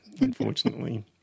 Unfortunately